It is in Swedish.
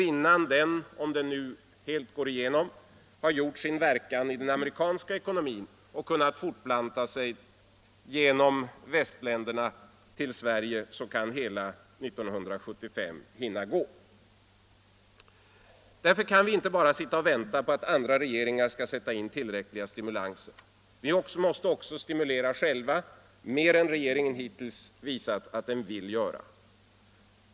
Innan den —- om den nu helt går igenom — har gjort sin verkan i den amerikanska ekonomin och kunnat fortplanta sig genom västländerna till Sverige kan hela 1975 hinna gå. Därför kan vi inte bara sitta och vänta på att andra regeringar skall sätta in tillräckliga stimulanser. Vi måste också stimulera själva, mer än regeringen hittills visat att den vill göra.